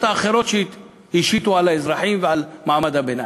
האחרות שהשיתו על האזרחים ועל מעמד הביניים.